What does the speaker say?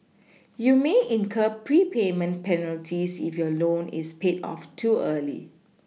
you may incur prepayment penalties if your loan is paid off too early